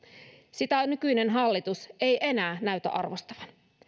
sitä nykyinen hallitus ei enää näytä arvostavan